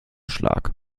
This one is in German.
schlag